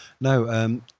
No